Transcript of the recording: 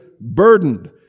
burdened